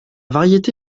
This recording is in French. variété